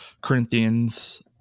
Corinthians